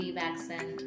vaccine